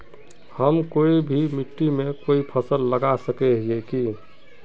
हम कोई भी मिट्टी में कोई फसल लगा सके हिये की?